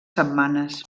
setmanes